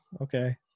okay